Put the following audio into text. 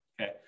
Okay